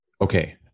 okay